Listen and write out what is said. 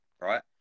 Right